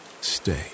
stay